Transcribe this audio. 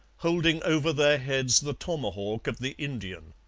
holding over their heads the tomahawk of the indian.